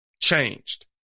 changed